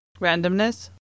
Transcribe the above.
Randomness